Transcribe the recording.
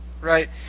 Right